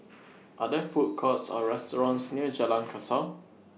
Are There Food Courts Or restaurants near Jalan Kasau